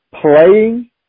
playing